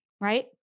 Right